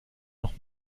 noch